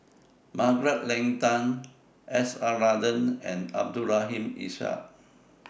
Margaret Leng Tan S R Nathan and Abdul Rahim Ishak